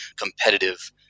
competitive